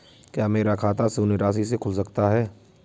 क्या मेरा खाता शून्य राशि से खुल सकता है?